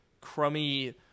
crummy